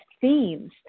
themes